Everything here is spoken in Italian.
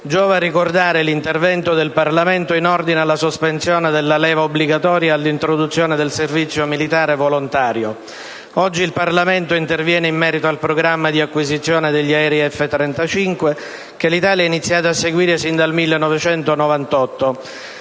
Giova ricordare l'intervento del Parlamento in ordine alla sospensione della leva obbligatoria e all'introduzione del servizio militare volontario. Oggi il Parlamento interviene in merito al programma di acquisizione degli aerei F-35 che l'Italia ha iniziato a seguire sin dal 1998.